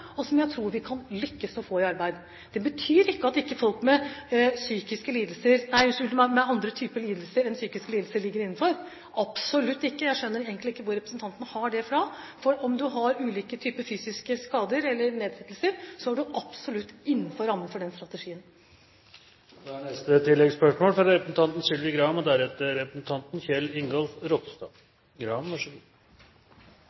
og som jeg tror vi kan lykkes med å få i arbeid. Det betyr ikke at folk med andre typer lidelser enn psykiske lidelser ikke ligger innenfor, absolutt ikke – jeg skjønner egentlig ikke hvor representanten har det fra. For om man har ulike typer fysiske skader eller nedsettelser, så er man absolutt innenfor rammen for den strategien.